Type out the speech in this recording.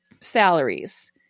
salaries